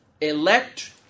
elect